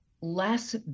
less